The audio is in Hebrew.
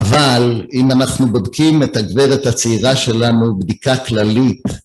אבל אם אנחנו בודקים את הגברת הצעירה שלנו בדיקה כללית